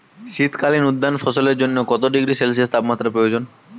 শীত কালীন উদ্যান ফসলের জন্য কত ডিগ্রী সেলসিয়াস তাপমাত্রা প্রয়োজন?